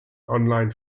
online